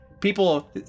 People